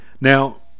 Now